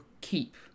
keep